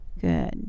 Good